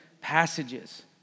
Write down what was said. passages